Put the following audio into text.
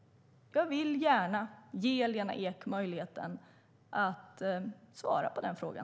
Jag vill gärna ge Lena Ek möjligheten att svara på den frågan.